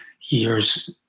years